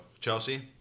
Chelsea